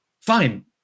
Fine